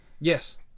Yes